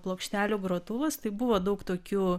plokštelių grotuvas tai buvo daug tokių